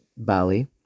Bali